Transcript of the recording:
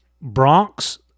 Bronx